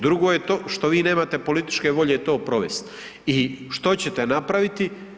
Drugo je to što vi nemate političke volje to provesti i što ćete napraviti?